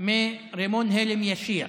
מרימון הלם ישיר.